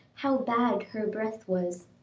how bad her breath was.